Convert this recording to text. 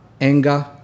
anger